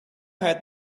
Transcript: had